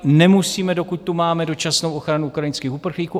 Nemusíme, dokud tu máme dočasnou ochranu ukrajinských uprchlíků.